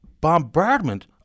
bombardment